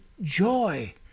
joy